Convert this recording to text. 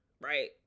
right